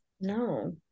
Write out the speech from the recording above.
No